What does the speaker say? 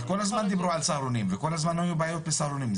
אבל כל הזמן דיברו על סהרונים וכל הזמן היו בעיות בסהרונים.